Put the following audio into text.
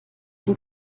dem